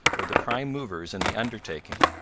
were the prime movers in the undertaking.